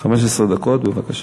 15 דקות, בבקשה.